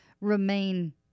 remain